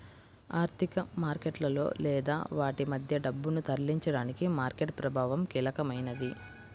ఆర్థిక మార్కెట్లలో లేదా వాటి మధ్య డబ్బును తరలించడానికి మార్కెట్ ప్రభావం కీలకమైనది